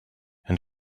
and